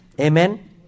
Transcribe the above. Amen